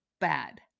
bad